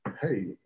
Hey